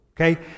okay